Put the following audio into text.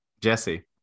Jesse